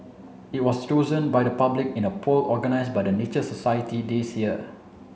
it was chosen by the public in a poll organised by the Nature Society this year